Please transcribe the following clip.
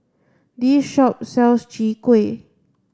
this shop sells Chwee Kueh